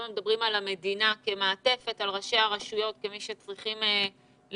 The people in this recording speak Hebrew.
כל הזמן מדברים על המדינה כמעטפת על ראשי הרשויות כמי שצריכים לבצע.